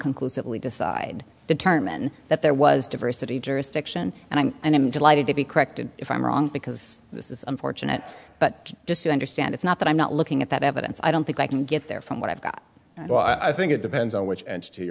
conclusively decide determine that there was diversity jurisdiction and i'm and i'm delighted to be corrected if i'm wrong because this is unfortunate but just to understand it's not that i'm not looking at that evidence i don't think i can get there from what i've got so i think it depends on which